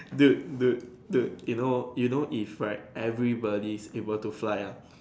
dude dude dude you know you know if right everybody is able to fly ya